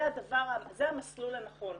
זה המסלול הנכון.